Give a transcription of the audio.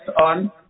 on